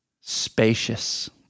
spacious